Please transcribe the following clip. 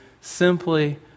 simply